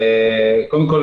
קודם כול,